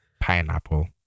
pineapple